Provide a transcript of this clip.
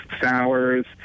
sours